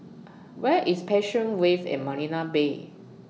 Where IS Passion Wave At Marina Bay